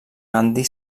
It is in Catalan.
gandhi